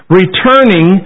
returning